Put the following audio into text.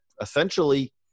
essentially